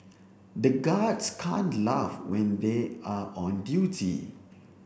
the guards can't laugh when they are on duty